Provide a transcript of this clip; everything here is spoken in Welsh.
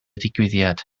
digwyddiad